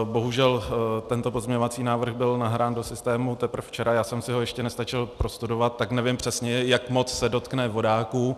Bohužel tento pozměňovací návrh byl nahrán do systému teprve včera, já jsem si ho ještě nestačil prostudovat, tak nevím přesně, jak moc se dotkne vodáků.